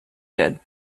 good